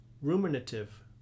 ruminative